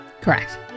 Correct